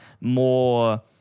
more